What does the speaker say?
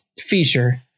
feature